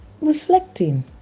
reflecting